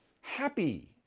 happy